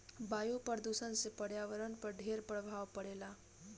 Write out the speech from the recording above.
वायु प्रदूषण से पर्यावरण पर ढेर प्रभाव पड़ेला